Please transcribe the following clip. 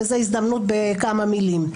וזו הזדמנות בכמה מילים.